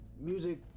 music